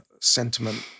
sentiment